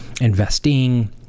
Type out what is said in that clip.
investing